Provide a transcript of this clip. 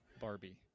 Barbie